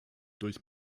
durch